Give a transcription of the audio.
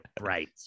Right